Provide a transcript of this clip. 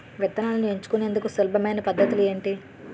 విత్తనాలను ఎంచుకునేందుకు సులభమైన పద్ధతులు ఏంటి?